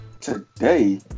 today